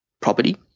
property